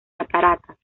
cataratas